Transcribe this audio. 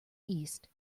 east